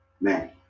man